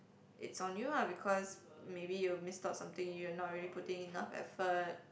it's on you lah because maybe you missed out something you're not really putting enough effort